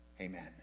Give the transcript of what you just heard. Amen